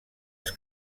els